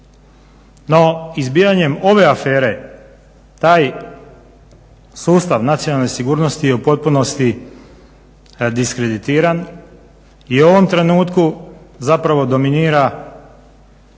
no izbijanjem ove afere taj sustav nacionalne sigurnosti je u potpunosti diskreditiran i u ovom trenutku zapravo dominira